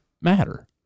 matter